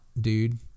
dude